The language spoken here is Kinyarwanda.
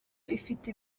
ifite